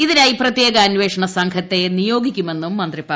ഇതിനായി പ്രത്യേക അന്വേഷണ സംഘത്തെ നിയോഗിക്കുമെന്നും മന്ത്രി പറഞ്ഞു